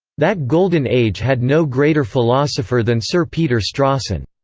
that golden age had no greater philosopher than sir peter strawson.